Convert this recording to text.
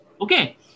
Okay